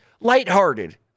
lighthearted